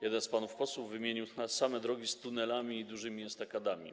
Jeden z panów posłów wymienił same drogi z tunelami i dużymi estakadami.